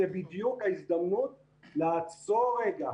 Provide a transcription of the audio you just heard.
זו בדיוק ההזדמנות לעצור רגע,